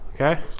okay